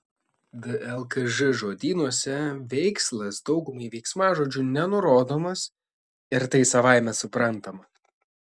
dlkž žodynuose veikslas daugumai veiksmažodžių nenurodomas ir tai savaime suprantama